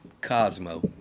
Cosmo